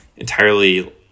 Entirely